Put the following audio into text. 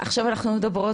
עכשיו אנחנו מדברים,